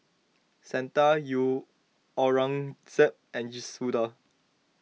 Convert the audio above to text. Santha U Aurangzeb and Suda